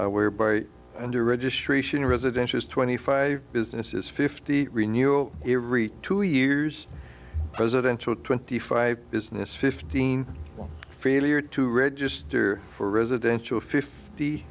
whereby under registration residential is twenty five businesses fifty renewal to reach two years presidential twenty five business fifteen failure to register for residential fifty